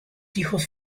hijos